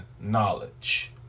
knowledge